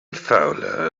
fowler